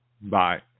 bye